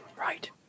Right